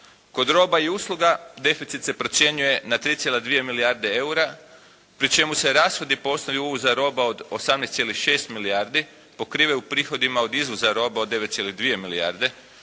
Kod roba i usluga deficit se procjenjuje na 3,2 milijarde eura pri čemu se rashodi po osnovi uvoza roba od 18,6 milijardi pokrivaju prihodima od izvoza roba od 9,2 milijarde